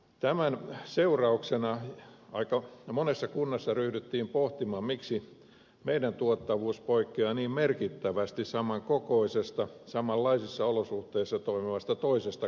tämän seurauksena aika monessa kunnassa ryhdyttiin pohtimaan miksi meidän tuottavuutemme poikkeaa niin merkittävästi saman kokoisesta samanlaisissa olosuhteissa toimivasta toisesta kunnasta